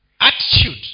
attitude